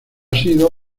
sido